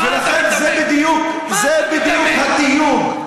אני חשבתי שאתה דוקטור, שאתה אינטליגנט.